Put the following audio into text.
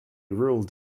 ruled